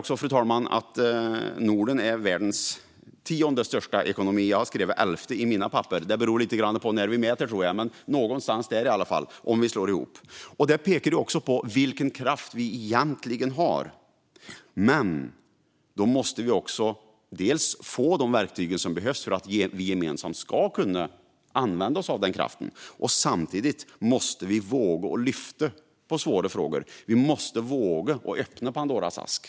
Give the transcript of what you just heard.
Vi hörde tidigare att Norden är världens tionde största ekonomi, vilket visar vilken kraft vi har. Men då måste vi få de verktyg som behövs för att vi ska kunna använda oss av denna kraft. Samtidigt måste vi våga ställa de svåra frågorna och öppna Pandoras ask.